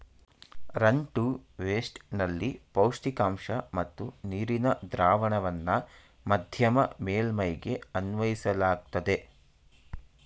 run to waste ನಲ್ಲಿ ಪೌಷ್ಟಿಕಾಂಶ ಮತ್ತು ನೀರಿನ ದ್ರಾವಣವನ್ನ ಮಧ್ಯಮ ಮೇಲ್ಮೈಗೆ ಅನ್ವಯಿಸಲಾಗ್ತದೆ